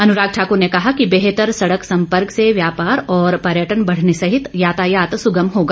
अनुराग ठाक्र ने कहा कि बेहतर सड़क सम्पर्क से व्यापार और पर्यटन बढ़ने सहित यातायात सुगम होगा